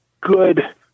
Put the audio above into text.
good